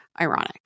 ironic